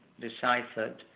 deciphered